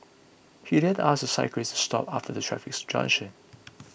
he then asked the cyclist to stop after the traffic junction